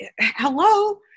hello